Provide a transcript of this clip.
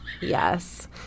Yes